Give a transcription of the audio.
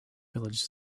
village